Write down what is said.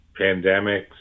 pandemics